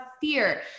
fear